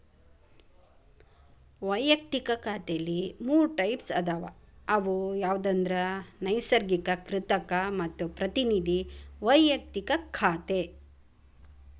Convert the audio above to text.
ವಯಕ್ತಿಕ ಖಾತೆಲಿ ಮೂರ್ ಟೈಪ್ಸ್ ಅದಾವ ಅವು ಯಾವಂದ್ರ ನೈಸರ್ಗಿಕ, ಕೃತಕ ಮತ್ತ ಪ್ರತಿನಿಧಿ ವೈಯಕ್ತಿಕ ಖಾತೆ